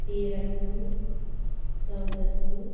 तेह्र सौ चौध सौ